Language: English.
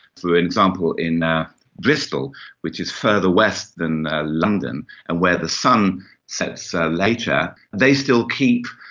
for example, in ah bristol which is further west than london and where the sun sets later, they still keep,